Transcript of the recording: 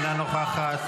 אינה נוכחת,